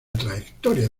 trayectoria